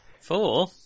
Four